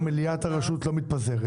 פה מליאת הרשות לא מתפזרת.